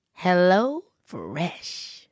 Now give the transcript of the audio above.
HelloFresh